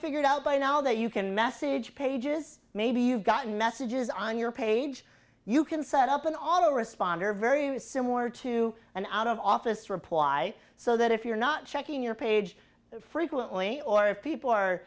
figured out by now that you can message pages maybe you've gotten messages on your page you can set up an all respond or very similar to an out of office reply so that if you're not checking your page frequently or if people are